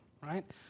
right